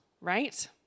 right